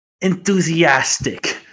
Enthusiastic